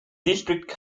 district